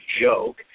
joke